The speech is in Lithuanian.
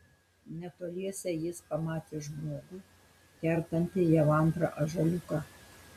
netoliese jis pamatė žmogų kertantį jau antrą ąžuoliuką